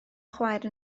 chwaer